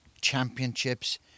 championships